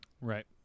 Right